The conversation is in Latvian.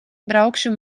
braukšu